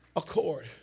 accord